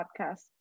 podcast